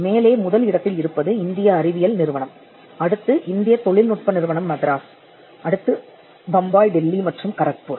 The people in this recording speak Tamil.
மேலே முதல் இடத்தில் இருப்பது இந்திய அறிவியல் நிறுவனம் அடுத்து இந்தியத் தொழில்நுட்ப நிறுவனம்மதராஸ் அடுத்து பம்பாய் டெல்லி மற்றும் கரக்பூர்